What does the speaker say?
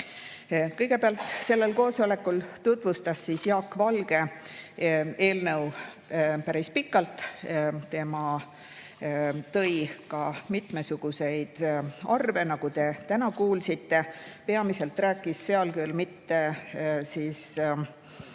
Kõigepealt sellel koosolekul tutvustas Jaak Valge eelnõu päris pikalt. Ta tõi ka mitmesuguseid arve, nagu te tänagi kuulsite. Peamiselt rääkis ta küll mitte